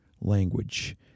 language